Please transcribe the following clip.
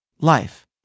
life